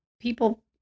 people